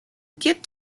get